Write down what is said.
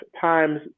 times